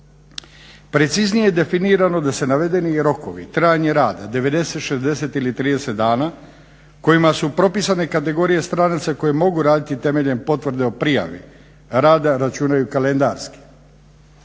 Preciznije je definirano da se navedeni rokovi i trajanje rada 90, 60 ili 30 dana kojima su propisane kategorije stranaca koji mogu raditi temeljem potvrde o prijavi rada računaju kalendarski.